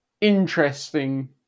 interesting